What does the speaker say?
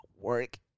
work